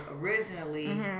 originally